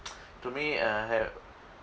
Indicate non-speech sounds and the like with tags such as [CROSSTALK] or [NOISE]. [NOISE] to me I have